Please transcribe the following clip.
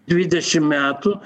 dvidešimt metų